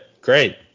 Great